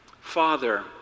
Father